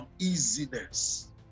uneasiness